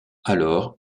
alors